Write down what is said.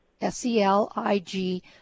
s-e-l-i-g